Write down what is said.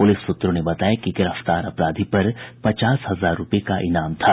police सूत्रों ने बताया कि गिरफ्तार अपराधी पर पचास हजार रूपये का इनाम घोषित था